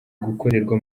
gukorerwa